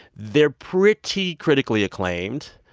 they're pretty critically acclaimed.